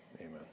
Amen